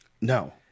No